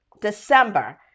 december